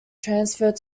transferred